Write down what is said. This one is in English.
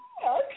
Okay